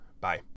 Bye